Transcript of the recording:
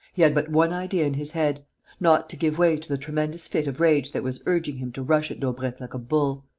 he had but one idea in his head not to give way to the tremendous fit of rage that was urging him to rush at daubrecq like a bull.